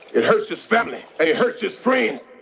it hurts this family. and it hurts his friends